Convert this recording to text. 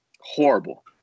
horrible